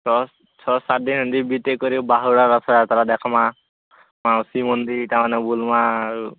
ଦଶ୍ ଛଅ ସାତ୍ ଦିନ ହେମିତି ବିତେଇ କରି ବାହୁଡ଼ା ରଥଯାତ୍ରା ଦେଖମା ମାଉସୀ ମନ୍ଦିର୍ ଇଟା ମାନେ ବୁଲମା ଆଉ